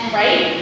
right